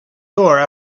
door